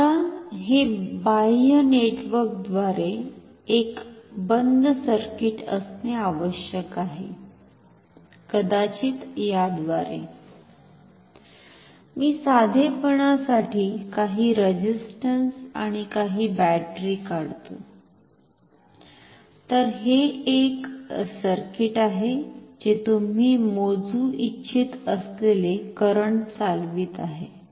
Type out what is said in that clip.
आता हे बाह्य नेटवर्कद्वारे एक बंद सर्किट असणे आवश्यक आहे कदाचित याव्दारे मी साधेपणासाठी काही रेझिस्टंस आणि काही बॅटरी काढतो तर हे एक सर्किट आहे जे तुम्हि मोजू इच्छित असलेले करंट चालवित आहे